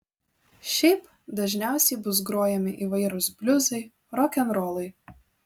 šiaip dažniausiai bus grojami įvairūs bliuzai rokenrolai